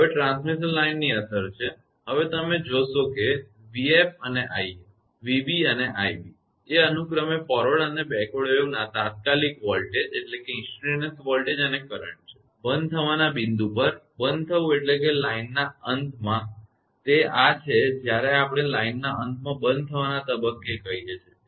હવે લાઇન ટર્મિનેશનની અસર છે હવે તમે જોશો કે 𝑣𝑓 અને 𝑖𝑓 અને 𝑣𝑏 અને 𝑖𝑏 એ અનુક્રમે ફોરવર્ડ અને બેકવર્ડ વેવનાં તાત્કાલિક વોલ્ટેજ અને કરંટ છે બંધ થવાના બિંદુ પર બંધ થવું એટલે કે લાઇનના અંતમાં તે આ છે જ્યારે આપણે લાઇનના અંતમાં બંધ થવાના તબક્કે કહીએ છીએ